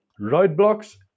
roadblocks